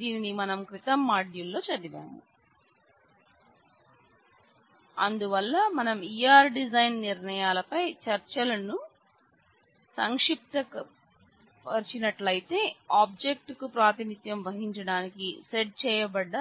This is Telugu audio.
దీనిని మనం క్రితం మాడ్యూల్లో చదివాం అందువల్ల మనం E R డిజైన్ నిర్ణయాలపై చర్చలను సంక్షిప్తీకరించినట్లయితే ఆబ్జెక్ట్ కు ప్రాతినిధ్యం వహించడానికి సెట్ చేయబడ్డ